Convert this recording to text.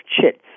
chits